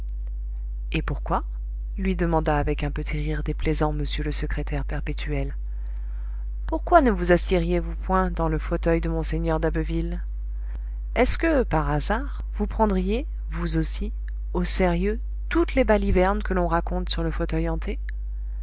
et pourquoi lui demanda avec un petit rire déplaisant m le secrétaire perpétuel pourquoi ne vous assiériez vous point dans le fauteuil de mgr d'abbeville est-ce que par hasard vous prendriez vous aussi au sérieux toutes les balivernes que l'on raconte sur le fauteuil hanté